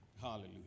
Hallelujah